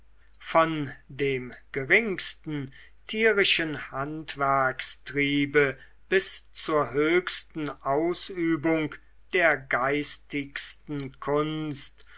von dem geringsten tierischen handwerkstriebe bis zur höchsten ausübung der geistigsten kunst